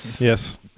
yes